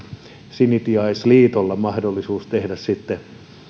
sinitiaisliitoilla mahdollisuus tehdä sitten